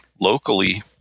locally